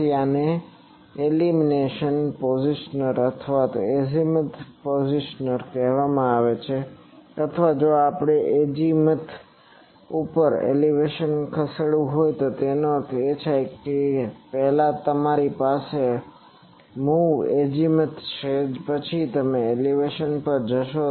તેથી આને elevation positioner ઉપર એજીમથ કહેવામાં આવે છે અથવા જો આપણે એજીમથ ઉપર એલિવેશન ખસેડવું હોય જેનો અર્થ થાય કે પહેલા તમારી પાસે મૂવ એજીમથ છે પછી તે એલિવેશન પર જશે